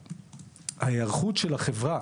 ההיערכות של החברה